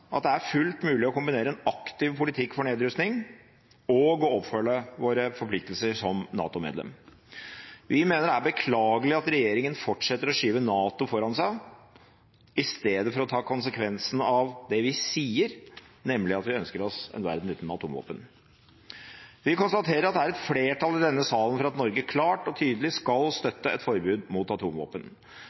at det er fullt mulig å kombinere en aktiv politikk for nedrustning og å følge opp våre forpliktelser som NATO-medlem. Vi mener det er beklagelig at regjeringen fortsetter å skyve NATO foran seg i stedet for å ta konsekvensene av det vi sier, nemlig at vi ønsker oss en verden uten atomvåpen. Vi konstaterer at det er et flertall i denne salen for at Norge klart og tydelig skal støtte et forbud mot atomvåpen.